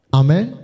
amen